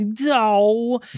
no